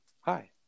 Hi